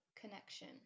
connection